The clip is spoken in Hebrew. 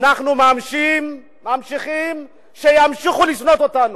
שימשיכו לשנוא אותנו.